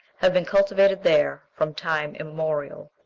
have been cultivated there from time immemorial.